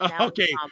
Okay